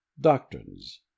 DOCTRINES